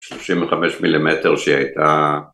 35 מילימטר שהיא הייתה